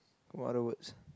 what other words